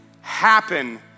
happen